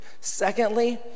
Secondly